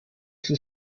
sie